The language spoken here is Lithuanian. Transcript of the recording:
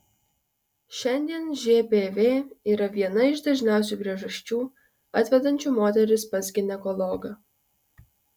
šiandien žpv yra viena iš dažniausių priežasčių atvedančių moteris pas ginekologą